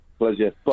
Pleasure